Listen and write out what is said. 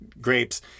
grapes